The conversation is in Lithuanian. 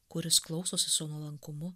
kuris klausosi su nuolankumu